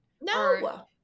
no